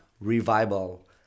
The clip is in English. revival